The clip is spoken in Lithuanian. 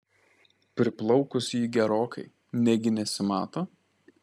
priplaukus ji gerokai negi nesimato